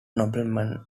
noblemen